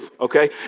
okay